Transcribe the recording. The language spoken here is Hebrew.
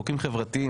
חוקים חברתיים,